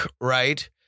right